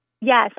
Yes